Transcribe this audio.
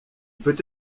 peut